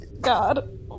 God